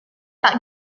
par